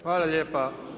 Hvala lijepa.